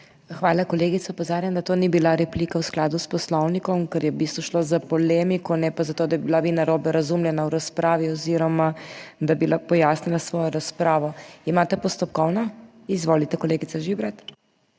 Hvala, kolegica. Opozarjam, da to ni bila replika v skladu s Poslovnikom, ker je v bistvu šlo za polemiko, ne pa za to, da bi bila vi narobe razumljena v razpravi oziroma, da bi pojasnila svojo razpravo. Imate postopkovno? Izvolite kolegica Žibret.